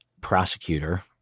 prosecutor